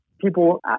People